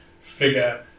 figure